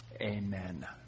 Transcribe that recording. Amen